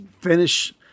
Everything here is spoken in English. finish